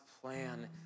plan